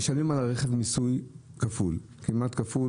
נשלם על הרכב מיסוי כמעט כפול,